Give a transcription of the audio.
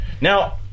Now